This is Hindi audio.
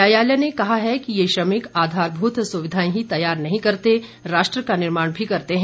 न्यायालय ने कहा है कि ये श्रमिक आधारभूत सुविधाएं ही तैयार नहीं करते राष्ट्र का निर्माण भी करते हैं